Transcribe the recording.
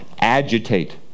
agitate